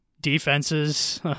defenses